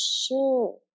sure